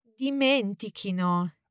dimentichino